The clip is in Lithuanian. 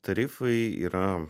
tarifai yra